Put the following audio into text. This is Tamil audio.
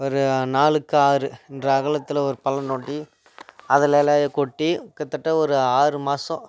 ஒரு நாலு கார் என்ற அகலத்தில் ஒரு பள்ளம் தோண்டி அதில் இலைய கொட்டி கிட்டத்தட்ட ஒரு ஆறு மாதம்